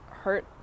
hurt